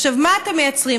עכשיו, מה אתם מייצרים?